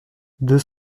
deux